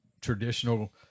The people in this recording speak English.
traditional